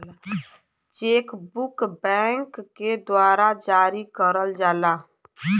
check book bank के द्वारा जारी करल जाला